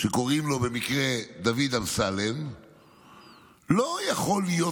שקוראים לו במקרה דוד אמסלם לא יכול להיות